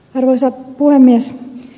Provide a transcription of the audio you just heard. arvoisa puhemies